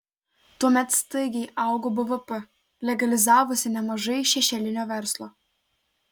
tuomet staigiai augo bvp legalizavosi nemažai šešėlinio verslo